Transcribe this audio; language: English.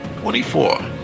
Twenty-four